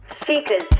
Seekers